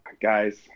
Guys